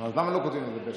אז למה לא כותבים את זה ברי"ש?